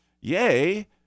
yea